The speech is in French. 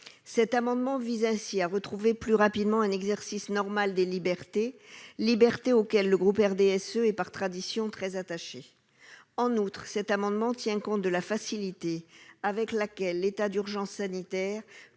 Il vise ainsi à retrouver plus rapidement un exercice normal des libertés auxquelles le groupe du RDSE est par tradition très attaché. En outre, il tient compte de la facilité avec laquelle l'état d'urgence sanitaire